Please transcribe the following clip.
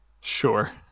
Sure